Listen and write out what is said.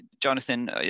Jonathan